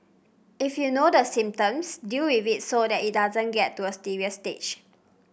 if you know the symptoms deal with it so that it doesn't get to a serious stage